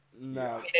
No